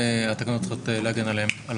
התקנות צריכות להגן עליהם.